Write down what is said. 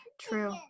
True